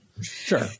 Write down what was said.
Sure